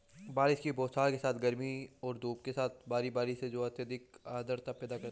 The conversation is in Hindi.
बारिश की बौछारों के साथ गर्मी और धूप के साथ बारी बारी से जो अत्यधिक आर्द्रता पैदा करता है